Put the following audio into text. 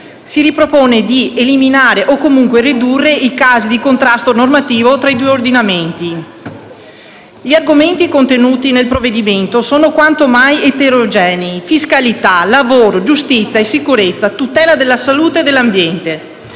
Si ripropone di eliminare o, comunque, ridurre i casi di contrasto normativo tra i due ordinamenti. Gli argomenti contenuti nel provvedimento sono quanto mai eterogenei: fiscalità, lavoro, giustizia e sicurezza, tutela della salute e dell'ambiente.